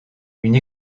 une